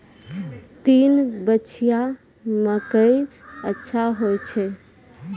तीन पछिया मकई अच्छा होय छै?